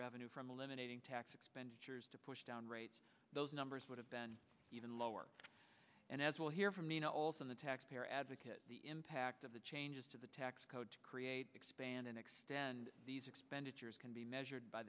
revenue from eliminating tax expenditures to push down rates those numbers would have been even lower and as we'll hear from nina olson the taxpayer advocate the impact of the changes to the tax code to create expand and extend these expenditures can be measured by